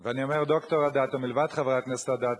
אני אומר ד"ר אדטו מלבד חברת הכנסת אדטו,